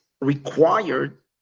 required